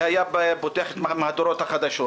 זה היה פותח את מהדורות החדשות.